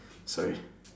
sorry